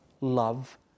love